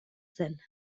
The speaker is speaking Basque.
zen